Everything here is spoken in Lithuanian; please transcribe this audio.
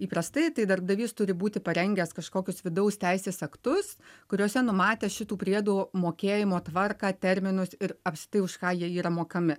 įprastai tai darbdavys turi būti parengęs kažkokius vidaus teisės aktus kuriuose numatė šitų priedų mokėjimo tvarką terminus ir apskritai už ką jie yra mokami